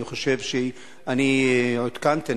אני עודכנתי,